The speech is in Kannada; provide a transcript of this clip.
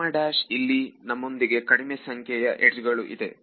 ಇಲ್ಲಿ ನಮ್ಮೊಂದಿಗೆ ಕಡಿಮೆ ಸಂಖ್ಯೆಯ ಎಡ್ಜ್ ಗಳು ಇದೆ